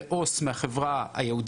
אמנם באמת לעו״ס מהחברה היהודית,